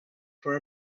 for